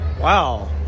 Wow